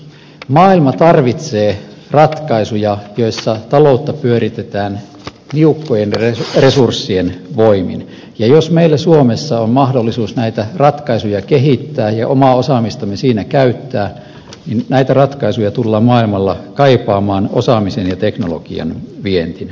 maailma tarvitsee ratkaisuja joissa taloutta pyöritetään niukkojen resurssien voimin ja jos meillä suomessa on mahdollisuus näitä ratkaisuja kehittää ja omaa osaamistamme siinä käyttää niin näitä ratkaisuja tullaan maailmalla kaipaamaan osaamisen ja teknologian vientinä